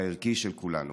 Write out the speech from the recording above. הערכי, של כולנו.